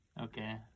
Okay